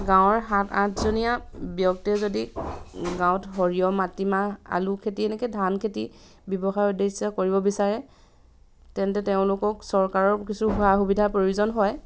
গাঁৱৰ সাত আঠজনীয়া ব্যক্তিয়ে যদি গাঁৱত সৰিয়ঁহ মাটিমাহ আলু খেতি এনেকৈ ধান খেতি ব্যৱসায় উদ্দেশ্যেৰে কৰিব বিচাৰে তেন্তে তেওঁলোকক চৰকাৰৰ কিছু সা সুবিধাৰ প্ৰয়োজন হয়